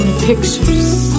pictures